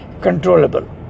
controllable